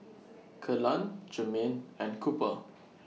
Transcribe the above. Kellan Germaine and Cooper